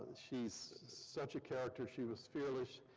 she's such a character. she was fearless.